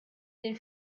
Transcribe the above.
den